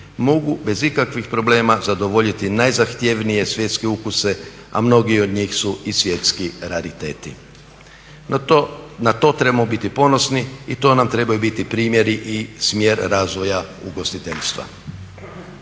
mogu bez ikakvih problema zadovoljiti i najzahtjevnije svjetske ukuse, a mnogi od njih su i svjetski rariteti. No na to trebamo biti ponosni i to nam trebaju biti primjeri i smjer razvoja ugostiteljstva.